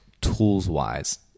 tools-wise